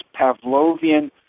Pavlovian